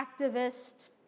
activist